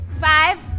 five